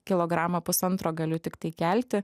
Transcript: kilogramą pusantro galiu tiktai kelti